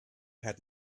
had